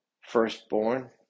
firstborn